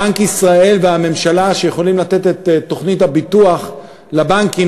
בנק ישראל והממשלה יכולים לתת את תוכנית הביטוח לבנקים,